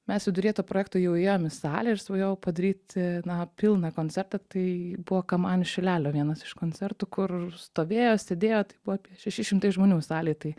mes viduryje to projekto jau įėjom į salę ir aš svajojau padaryti na pilną koncertą tai buvo kamanių šilelio vienas iš koncertų kur stovėjo sėdėjo tai buvo apie šeši šimtai žmonių salėj tai